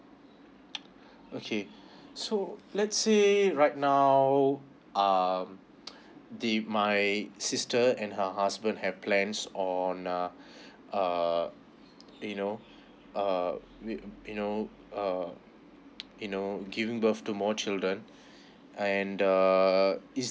okay so let's say right now um the my sister and her husband have plans on uh err you know uh you know err you know uh you know giving birth to more children and the is